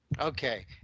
Okay